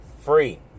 free